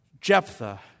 Jephthah